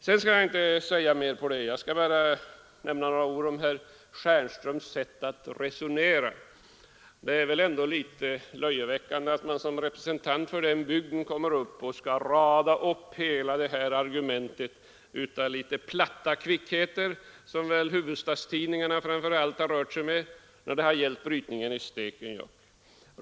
Sedan vill jag bara nämna några ord om herr Stjernströms sätt att resonera. Det är väl ändå litet löjeväckande att såsom representant för sin bygd här komma och rada upp hela argumenteringen med de litet platta kvickheter, som väl huvudstadstidningarna framför allt har rört sig med när det har gällt brytningen i Stekenjokk.